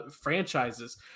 franchises